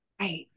Right